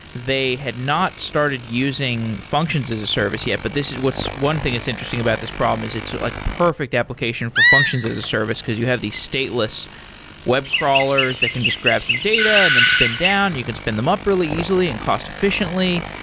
they had not started using functions as a service yet, but this is what's one thing that's interesting about this problem is it's a like perfect application for functions as a service, because you have these stateless web crawlers that can just grab some data and then spin down, you can spin them up really easily and cost efficiently.